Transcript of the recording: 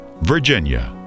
Virginia